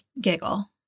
giggle